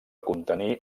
contenir